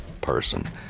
person